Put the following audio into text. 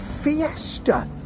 Fiesta